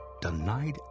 denied